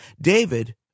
David